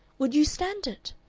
would you stand it?